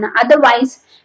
otherwise